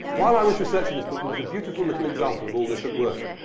while i was researching this book, there was a beautiful little example of all this at work.